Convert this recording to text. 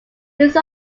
use